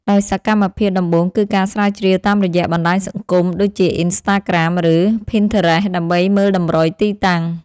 ដោយសកម្មភាពដំបូងគឺការស្រាវជ្រាវតាមរយៈបណ្ដាញសង្គម ដូចជា អុីនស្តាក្រាម ឬ ភីនធឺរេស ដើម្បីមើលតម្រុយទីតាំង។